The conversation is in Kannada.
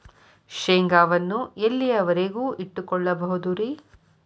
ಶೇಂಗಾವನ್ನು ಎಲ್ಲಿಯವರೆಗೂ ಇಟ್ಟು ಕೊಳ್ಳಬಹುದು ರೇ?